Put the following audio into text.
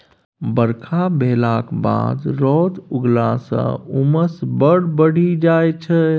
बरखा भेलाक बाद रौद उगलाँ सँ उम्मस बड़ बढ़ि जाइ छै